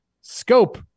Scope